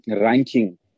ranking